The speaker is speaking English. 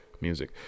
music